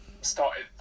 started